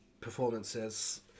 performances